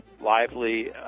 lively